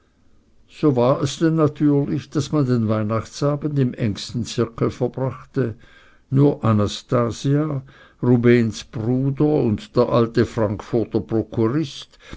so war es denn natürlich daß man den weihnachtsabend im engsten zirkel verbrachte nur anastasia rubehns bruder und der alte frankfurter prokurist